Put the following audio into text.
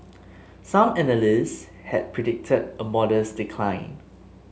some analysts had predicted a modest decline